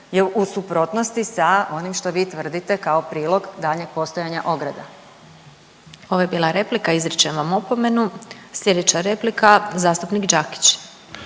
je u suprotnosti sa onim što vi tvrdite kao prilog daljnjeg postojanja ograda. **Glasovac, Sabina (SDP)** Ovo je bila replika, izričem vam opomenu. Sljedeća replika zastupnik Đakić.